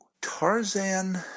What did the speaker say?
Tarzan